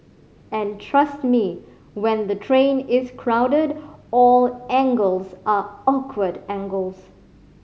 and trust me when the train is crowded all angles are awkward angles